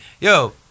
Yo